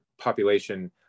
population